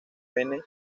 pene